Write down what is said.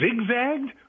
zigzagged